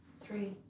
three